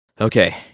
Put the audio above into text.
okay